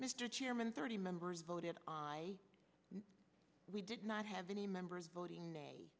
mr chairman thirty members voted we did not have any members voting